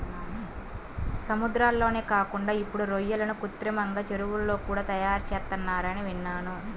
సముద్రాల్లోనే కాకుండా ఇప్పుడు రొయ్యలను కృత్రిమంగా చెరువుల్లో కూడా తయారుచేత్తన్నారని విన్నాను